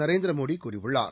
நரேந்திர மோடி கூறியுள்ளார்